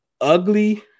ugly